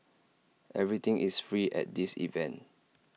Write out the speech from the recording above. everything is free at this event